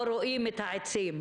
לא רואים את העצים.